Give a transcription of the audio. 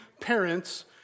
parents